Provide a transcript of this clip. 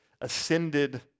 ascended